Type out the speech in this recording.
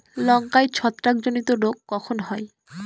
লঙ্কায় ছত্রাক জনিত রোগ কখন হয়?